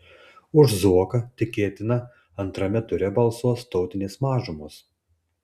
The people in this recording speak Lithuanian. už zuoką tikėtina antrame ture balsuos tautinės mažumos